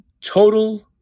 total